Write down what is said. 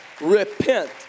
Repent